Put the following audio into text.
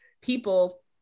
people